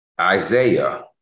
Isaiah